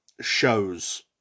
shows